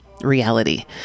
reality